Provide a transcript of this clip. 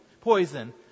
Poison